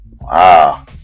Wow